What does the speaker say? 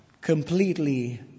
completely